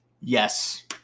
Yes